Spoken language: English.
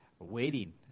waiting